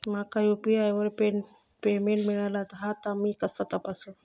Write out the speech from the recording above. माका यू.पी.आय वर पेमेंट मिळाला हा ता मी कसा तपासू?